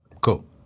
Cool